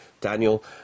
Daniel